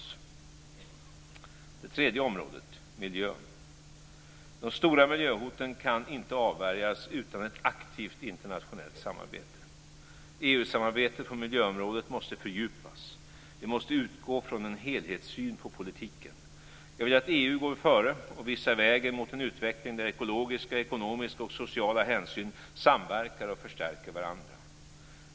Så det tredje området, miljön. De stora miljöhoten kan inte avvärjas utan ett aktivt internationellt samarbete. EU-samarbetet på miljöområdet måste fördjupas. Vi måste utgå från en helhetssyn på politiken. Vi vill att EU går före och visar vägen mot en utveckling där ekologiska, ekonomiska och sociala hänsyn samverkar och förstärker varandra.